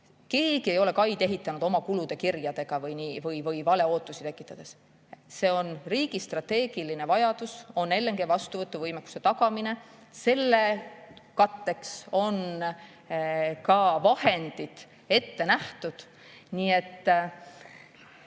Keegi ei ole kaid ehitanud oma kulude ja kirjadega ja ei ole valeootusi tekitatud. Riigi strateegiline vajadus on LNG vastuvõtu võimekuse tagamine, selle katteks on ka vahendid ette nähtud. Nii et